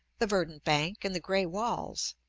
the verdant bank, and the gray walls.